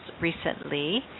recently